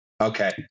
Okay